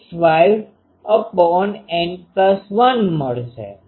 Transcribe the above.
65N1 મળશે